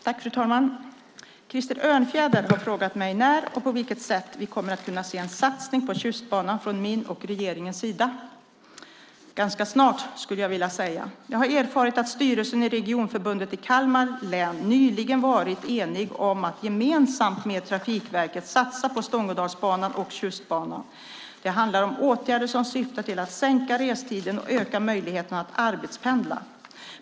Fru talman! Krister Örnfjäder har frågat mig när och på vilket sätt vi kommer att kunna se en satsning på Tjustbanan från min och regeringens sida. Ganska snart, skulle jag vilja säga. Jag har erfarit att styrelsen i Regionförbundet i Kalmar län nyligen varit enig om att gemensamt med Trafikverket satsa på Stångådalsbanan och Tjustbanan. Det handlar om åtgärder som syftar till att sänka restiden och öka möjligheten att arbetspendla.